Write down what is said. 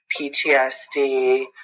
PTSD